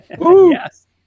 Yes